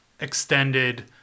extended